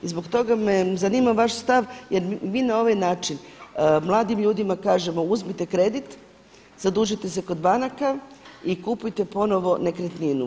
I zbog toga me zanima vaš stav jer mi na ovaj način mladim ljudima kažemo uzmite kredit, zadužite se kod banaka i kupujte ponovno nekretninu.